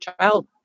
child